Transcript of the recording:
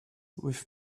with